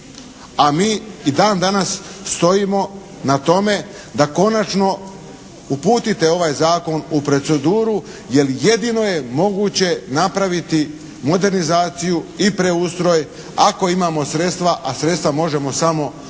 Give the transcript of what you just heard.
a mi i dan danas stojimo na tome da konačno uputite ovaj zakon u proceduru, jer jedino je moguće napraviti modernizaciju i preustroj ako imamo sredstva a sredstva možemo samo u